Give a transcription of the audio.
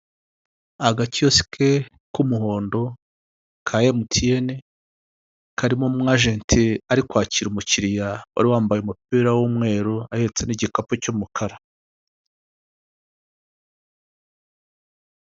Agakiyosike k'umuhondo ka emitiyene karimo umu ajenti ari kwakira umukiriya wari wambaye umupira w'umweru, ahetse n'igikapu cy'umukara.